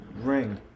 ring